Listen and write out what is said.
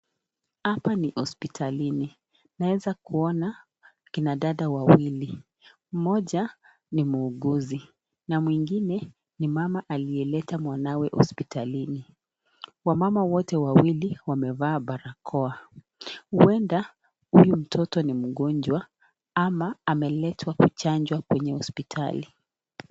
Apa ni hospitalini. Tunaweza kuona akina dada wawili. Mmoja ni muuguzi na mwingine ni mama aliyeleta mwanawe hospitalini. Wamama wote wamevaa barakwa. Huenda huyu mtoto ni mgonjwa ama ameletwa kuchanjwa kwenye hospitali.